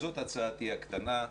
אז זו הצעתי הקטנה.